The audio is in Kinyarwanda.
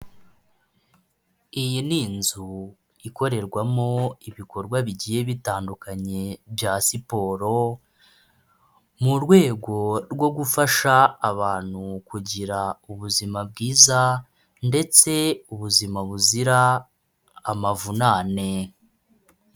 Iyi ni inzu ikorerwamo ibikorwa bigiye bitandukanye bya siporo, mu rwego rwo gufasha abantu kugira ubuzima bwiza ndetse ubuzima buzira amavunane.